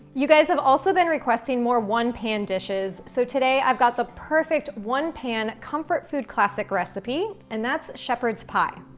you guys have also been requesting more one-pan dishes. so today i've got the perfect, one-pan, comfort food, classic recipe and that's shepherd's pie.